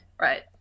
right